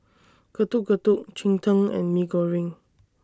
Getuk Getuk Cheng Tng and Mee Goreng